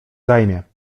zajmie